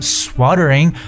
sweltering